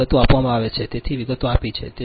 તેથી વિગતો આપી છે